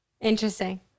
Interesting